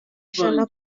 ijana